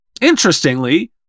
Interestingly